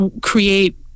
create